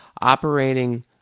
Operating